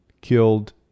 killed